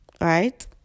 right